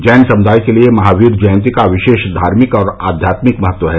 जैन समुदाय के लिए महावीर जयंती का विशेष धार्मिक और आध्यात्मिक महत्व है